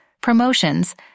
promotions